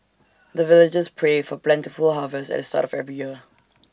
the villagers pray for plentiful harvest at the start of every year